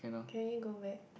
can we go back